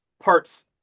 parts